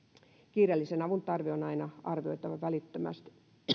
kiireellisen avun tarve on aina arvioitava välittömästi